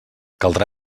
caldrà